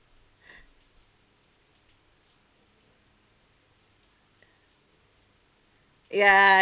ya